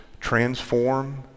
transform